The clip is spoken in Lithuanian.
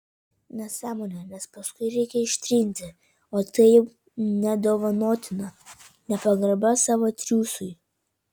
nesąmonė nes paskui reikia ištrinti o tai jau nedovanotina nepagarba savo triūsui